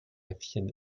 äffchen